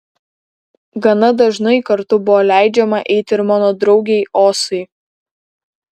gana dažnai kartu buvo leidžiama eiti ir mano draugei osai